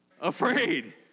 afraid